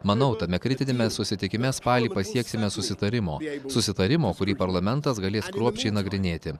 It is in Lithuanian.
manau tame kritiniame susitikime spalį pasieksime susitarimo susitarimo kurį parlamentas galės kruopščiai nagrinėti